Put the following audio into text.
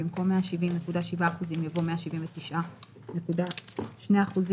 במקום "170.7%" יבוא "179.2%".